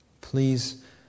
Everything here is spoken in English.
Please